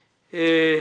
הכסף.